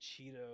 Cheeto